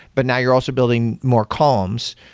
but now you're also building more columns.